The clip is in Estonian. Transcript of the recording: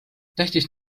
tähtis